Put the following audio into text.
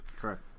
correct